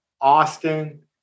Austin